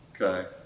okay